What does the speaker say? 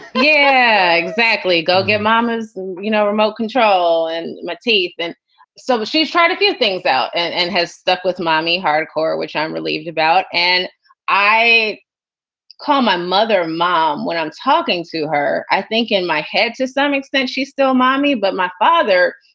yeah exactly. go get mama's you know remote control and my teeth. and so but she's trying to figure things out and and has stuck with mommy hard core, which i'm relieved about. and i call my mother mom when i'm talking to her. i think in my head, to some extent, she's still mommy. but my father,